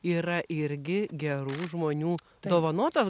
yra irgi gerų žmonių dovanotas